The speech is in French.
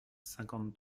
cinquante